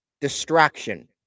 distraction